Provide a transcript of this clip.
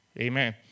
Amen